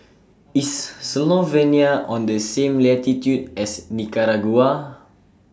IS Slovenia on The same latitude as Nicaragua